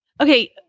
okay